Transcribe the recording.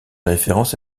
référence